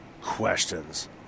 questions